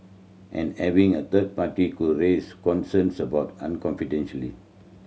and having a third party could raise concerns about an confidentiality